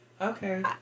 Okay